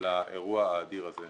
לאירוע האדיר הזה.